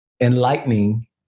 enlightening